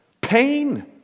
pain